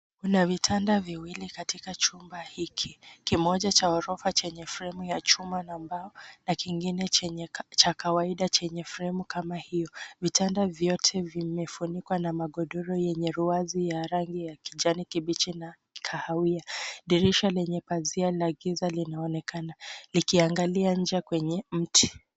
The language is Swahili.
Kuna vitanda viwili katika chumba hiki, kimoja cha orofa chenye fremu ya chuma na mbao na kingine cha kawaida chenye fremu hiyo. Vitanda vyote vimefunikwa na magodoro yenye ruwazi ya rangi ya kijani kibichi na kahawia. Dirisha lenye pazia la giza linaonekana likiangalia nje kwenye mti.